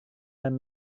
dan